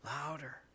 louder